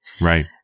Right